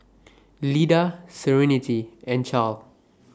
Lida Serenity and Charle